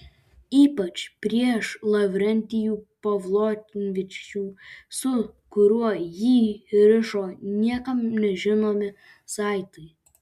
ypač prieš lavrentijų pavlovičių su kuriuo jį rišo niekam nežinomi saitai